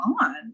on